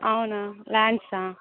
అవునా లాండ్సా